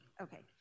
okay